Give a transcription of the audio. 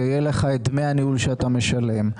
כך שיופיעו דמי הניהול שאתה משלם,